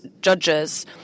judges